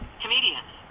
comedians